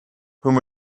whom